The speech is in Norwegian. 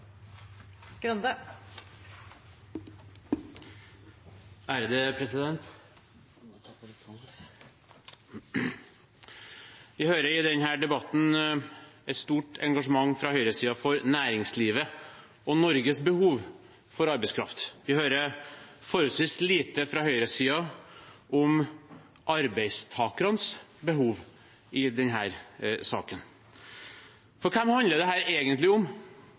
Vi hører i denne debatten et stort engasjement fra høyresiden for næringslivet og Norges behov for arbeidskraft. Vi hører forholdsvis lite fra høyresiden om arbeidstakernes behov i denne saken. For hvem handler dette egentlig om?